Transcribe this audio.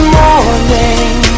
morning